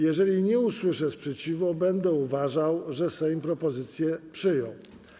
Jeżeli nie usłyszę sprzeciwu, będę uważał, że Sejm propozycję przyjął.